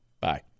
Bye